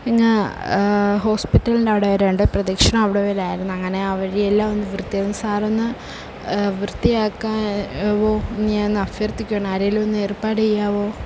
ഇങ്ങ് ഹോസ്പിറ്റലിൻ്റെ അവിടെവരെ ഉണ്ട് പ്രദക്ഷിണം അവിടെ വരെ ആയിരുന്നു അങ്ങനെ ആ വഴി എല്ലാം ഒന്ന് വൃത്തിയാക്കി സാറൊന്ന് വൃത്തിയാക്കാൻ വോ ഞാൻ ഒന്ന് അഭ്യർത്ഥിക്കുകയാണ് ആരെയെങ്കിലും ഒന്ന് ഏർപ്പാട് ചെയ്യാമോ